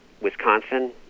Wisconsin